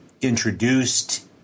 introduced